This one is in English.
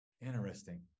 Interesting